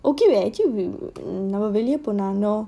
okay leh actually வெளியபோனாங்க:veliya ponanga